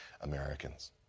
Americans